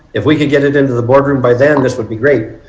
if we can get it into the boardroom by them this would be great.